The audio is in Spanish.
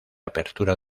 apertura